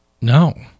No